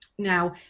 Now